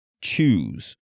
choose